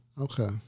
Okay